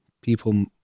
people